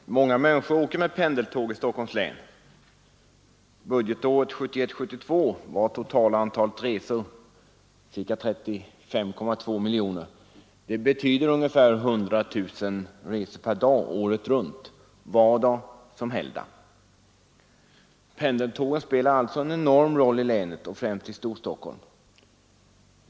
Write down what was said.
Herr talman! Många människor åker med pendeltågen i Stockholms län. Budgetåret 1971/72 var det totala antalet resor 35,2 miljoner. Det betyder ungefär 100 000 resor per dag året runt — vardag som helgdag. Pendeltågen spelar alltså en enormt stor roll i länet och främst i Storstockholm.